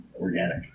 organic